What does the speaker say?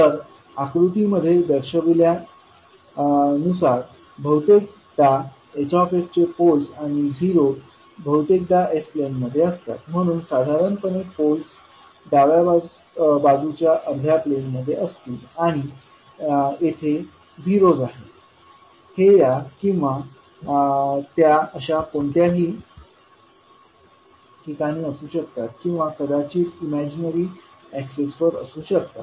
तर आकृतीमध्ये दर्शविल्यानुसार बहुतेकदा Hचे पोलस् आणि झिरोज बहुतेकदा s प्लेनमध्ये असतात म्हणून साधारणपणे पोलस् डाव्या बाजूच्या अर्ध्या प्लेनमध्ये असतील आणि येथे झिरोज हे या किंवा त्या अशा कोणत्याही ठिकाणी असू शकतात किंवा कदाचित इमैजनेरी एक्सिस वर असू शकतात